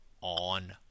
on